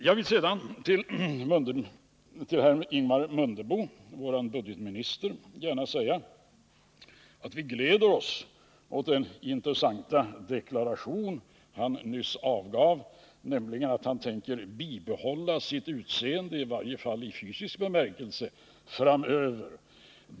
Jag vill sedan till vår budgetminister, herr Ingemar Mundebo, gärna säga att vi gläder oss åt den intressanta deklaration han nyss avgav, att han tänker bibehålla sitt utseende i varje fall i fysisk bemärkelse framöver.